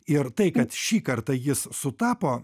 ir tai kad šį kartą jis sutapo